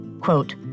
Quote